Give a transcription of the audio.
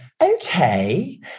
okay